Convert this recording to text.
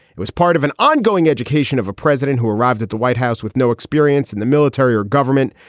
it was part of an ongoing education of a president who arrived at the white house with no experience in the military or government,